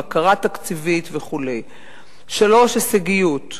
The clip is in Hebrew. בקרה תקציבית וכו'; 3. הישגיות,